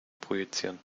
projizieren